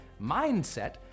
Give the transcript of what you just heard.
Mindset